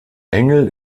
engel